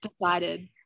decided